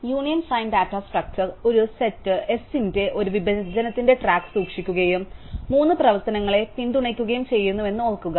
union find data structure ഒരു set S ന്റെ ഒരു വിഭജനത്തിന്റെ ട്രാക്ക് സൂക്ഷിക്കുകയും മൂന്ന് പ്രവർത്തനങ്ങളെ പിന്തുണയ്ക്കുകയും ചെയ്യുന്നുവെന്ന് ഓർക്കുക